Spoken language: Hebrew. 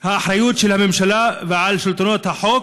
האחריות של הממשלה ושלטונות החוק,